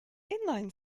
inline